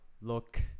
look